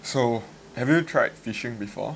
yup so have you tried fishing before